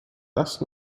does